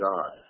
God